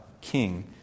king